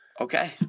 Okay